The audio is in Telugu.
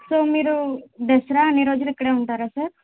సో మీరు దసరా అన్ని రోజులు ఇక్కడే ఉంటారా సార్